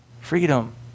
freedom